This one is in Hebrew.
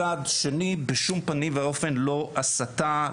מצד שני בשום פנים ואופן לא הסתה,